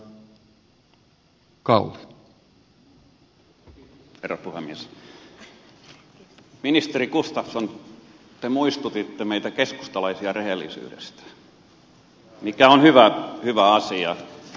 ministeri gustafsson te muistutitte meitä keskustalaisia rehellisyydestä mikä on hyvä asia